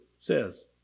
says